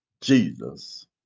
Jesus